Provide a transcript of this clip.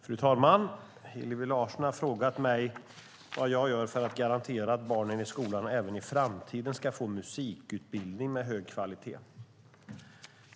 Fru talman! Hillevi Larsson har frågat mig vad jag gör för att garantera att barnen i skolan även i framtiden ska få musikutbildning med hög kvalitet.